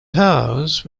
house